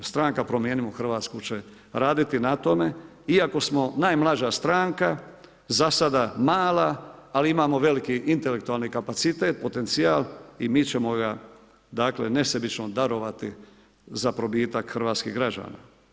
Stranka promijenimo Hrvatsku će raditi na tome iako smo najmlađa stranka, za sada mala, ali imamo veliki intelektualni kapacitet, potencijal i mi ćemo ga dakle nesebično darovati za probitak hrvatskih građana.